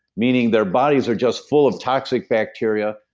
meaning, their bodies are just full of toxic bacteria.